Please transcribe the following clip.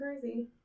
crazy